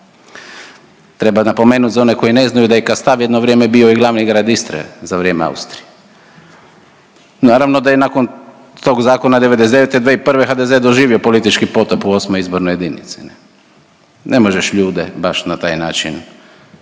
Treba napomenut za one koji ne znaju da je Kastav jedno vrijeme bio i glavni grad Istre, za vrijeme Austrije. Naravno, da je nakon tog zakona '99., 2001. HDZ doživio politički potop u 8. izbornoj jedinici, ne. Ne možeš ljude baš na taj način, pa ja bi